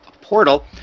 portal